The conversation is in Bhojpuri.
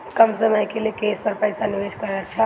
कम समय के लिए केस पर पईसा निवेश करल अच्छा बा?